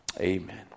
amen